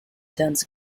turns